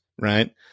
Right